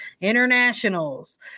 internationals